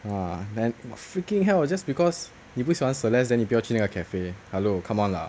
!wah! then !wah! freaking hell just because 你不喜欢 celeste then 你不要去那个 cafe hello come on lah